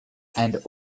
and